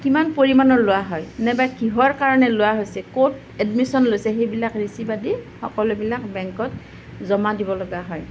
কিমান পৰিমাণৰ লোৱা হয় নাইবা কিহৰ কাৰণে লোৱা হৈছে ক'ত এডমিছন লৈছে সেইবিলাক ৰিচিপ্ট আদি সকলোবিলাক বেংকত জমা দিব লগা হয়